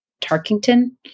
Tarkington